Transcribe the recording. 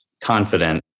confident